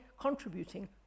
contributing